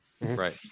right